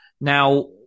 Now